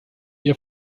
ihr